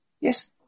yes